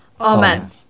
Amen